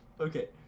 Okay